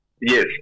Yes